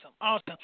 Awesome